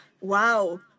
wow